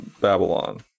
Babylon